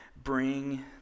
Bring